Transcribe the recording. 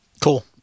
Cool